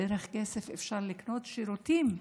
עם כסף אפשר לקנות שירותים,